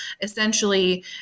essentially